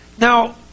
Now